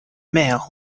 mail